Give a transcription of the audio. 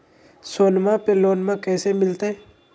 सोनमा पे लोनमा कैसे मिलते?